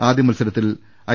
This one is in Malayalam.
ആദ്യ മത്സരത്തിൽ ഐ